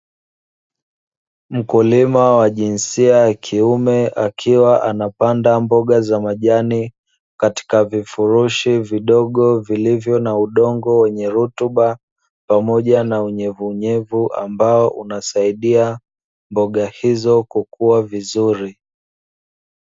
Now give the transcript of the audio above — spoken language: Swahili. Mkulima wa jinsia ya kiume akiwa anapanda mboga za majani katika vifurushi vidogo vilivyo na udongo wenye rutuba pamoja na unyevunyevu, ambao unasaidia mboga hizo kukua vizuri.